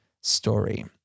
story